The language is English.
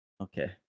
okay